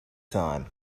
time